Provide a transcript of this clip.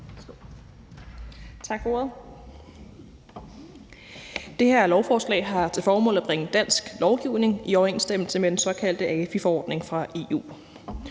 Tak for ordet.